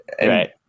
Right